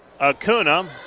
Acuna